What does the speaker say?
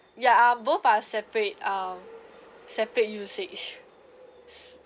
ya uh both are separate um separate usage